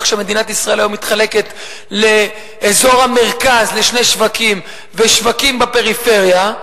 שמדינת ישראל מתחלקת היום לשני שווקים: לאזור המרכז ולשווקים בפריפריה,